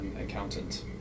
accountant